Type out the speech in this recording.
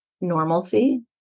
normalcy